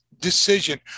decision